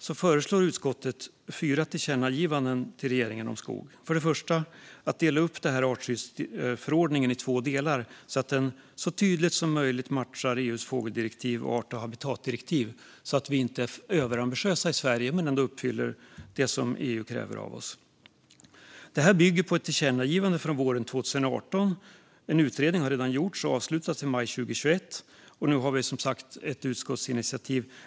Där föreslår utskottet fyra tillkännagivanden till regeringen om skogen. För det första: Att dela upp artskyddsförordningen i två delar så att den så tydligt som möjligt matchar EU:s fågeldirektiv respektive art och habitatdirektiv. Vi ska inte vara överambitiösa i Sverige men ändå uppfylla det som EU kräver av oss. Detta bygger på ett tillkännagivande från våren 2018. En utredning har redan gjorts och avslutats i maj 2021, och nu finns ett utskottsinitiativ.